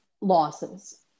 losses